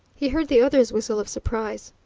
he heard the other's whistle of surprise.